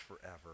forever